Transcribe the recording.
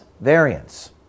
variants